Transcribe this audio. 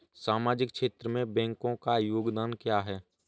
सामाजिक क्षेत्र में बैंकों का योगदान क्या है?